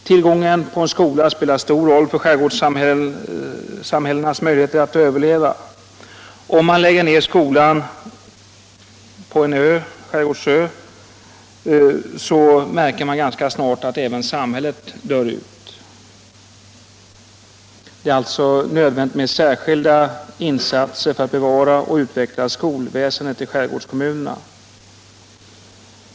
Tillgången till en skola spelar stor roll för ett skärgårdssamhälles möjligheter att överleva. Om man lägger ned skolan på en skärgårdsö, så märker man ganska snart att samhället dör ut. Det är alltså nödvändigt med ökade insatser för att bevara och utveckla skolväsendet i skärgårdskommunerna.